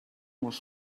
was